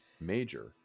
major